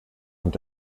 und